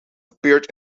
appeared